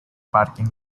parking